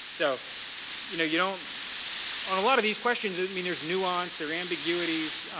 so you know you know on a lot of these questions, i mean there's nuance. there's ambiguity.